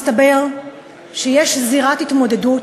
מסתבר שיש זירת התמודדות